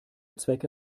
zwecke